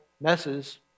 messes